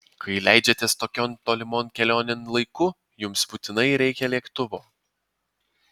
kai leidžiatės tokion tolimon kelionėn laiku jums būtinai reikia lėktuvo